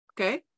okay